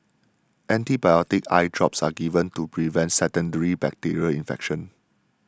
antibiotic eye drops are given to prevent secondary bacterial infection